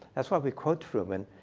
that's why we quote truman.